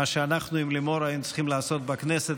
מה שאנחנו עם לימור היינו צריכים לעשות בכנסת,